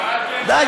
עזוב, מה אתם, די.